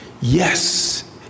Yes